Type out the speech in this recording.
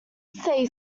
say